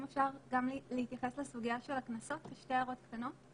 אם אפשר גם להתייחס לסוגיה של הקנסות בשתי הערות קטנות?